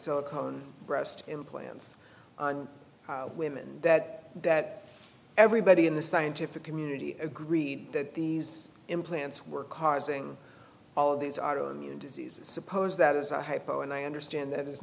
silicone breast implants on women that that everybody in the scientific community agreed that these implants were causing all of these auto immune diseases suppose that is a hypo and i understand that it's